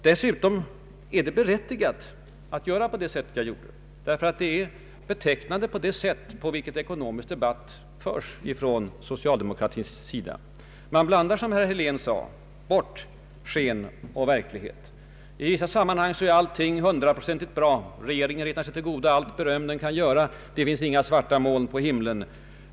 Dessutom är det berättigat att göra som jag gjorde, ty herr Wickmans resonemansg är betecknande för det sätt på vilket ekonomisk debatt brukar föras från socialdemokratins sida. Man blandar, som herr Helén sade, ihop ”sken och verklighet”. I vissa sammanhang är allting hundraprocentigt bra. Regeringen räknar sig till godo allt beröm, det finns inga svarta moln på himlen.